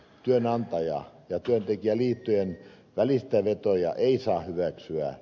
työnantaja ja työntekijäliittojen välistävetoja ei saa hyväksyä